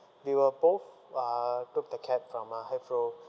we were both uh took the cab from uh heathrow